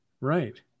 right